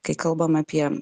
kai kalbam apie